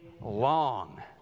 long